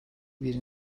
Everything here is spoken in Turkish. bir